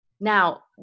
Now